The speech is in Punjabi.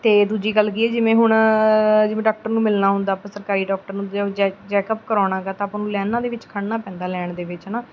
ਅਤੇ ਦੂਜੀ ਗੱਲ ਕੀ ਹੈ ਜਿਵੇਂ ਹੁਣ ਜਿਵੇਂ ਡਾਕਟਰ ਨੂੰ ਮਿਲਣਾ ਹੁੰਦਾ ਆਪਾਂ ਸਰਕਾਰੀ ਡਾਕਟਰ ਨੂੰ ਚੈੱਕਅਪ ਕਰਾਉਣਾ ਹੈਗਾ ਤਾਂ ਆਪਾਂ ਨੂੰ ਲਾਈਨਾਂ ਦੇ ਵਿੱਚ ਖੜ੍ਹਨਾ ਪੈਂਦਾ ਲੈਨ ਦੇ ਵਿੱਚ ਹੈ ਨਾ